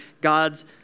God's